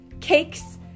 cakes